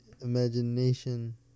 imagination